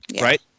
Right